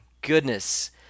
goodness